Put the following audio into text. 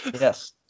Yes